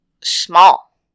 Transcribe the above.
small